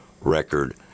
record